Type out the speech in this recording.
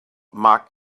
mark